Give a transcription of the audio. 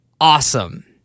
awesome